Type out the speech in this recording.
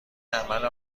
عمل